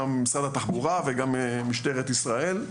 גם משרד התחבורה, וגם משטרת ישראל.